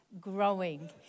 growing